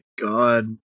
God